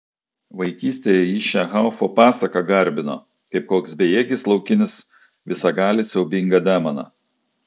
vaikystėje ji šią haufo pasaką garbino kaip koks bejėgis laukinis visagalį siaubingą demoną